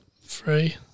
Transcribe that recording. Three